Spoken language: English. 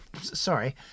Sorry